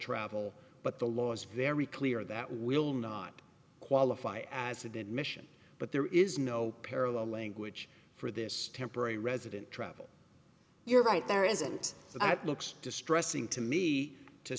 travel but the law is very clear that will not qualify as admission but there is no parallel language for this temporary resident trouble you're right there isn't that looks distressing to me to